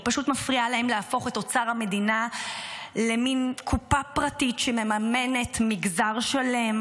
פשוט מפריע להם להפוך את אוצר המדינה למין קופה פרטית שמממנת מגזר שלם